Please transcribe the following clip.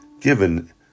given